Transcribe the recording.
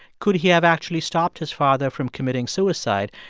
could he have actually stopped his father from committing suicide?